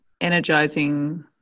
energizing